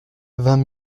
vingt